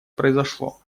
произошло